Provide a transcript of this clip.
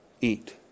eat